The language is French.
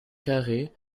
carrés